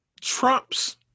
Trump's